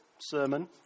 sermon